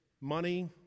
money